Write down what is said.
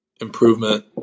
improvement